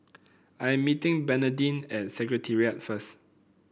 I'm meeting Bernardine at Secretariat first